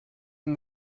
and